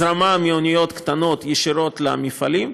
הזרמה מאוניות קטנות ישירות למפעלים,